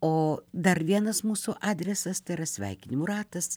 o dar vienas mūsų adresas tai yra sveikinimų ratas